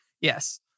Yes